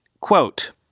Quote